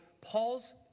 Paul's